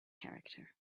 character